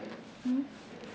mm